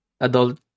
adult